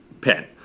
pen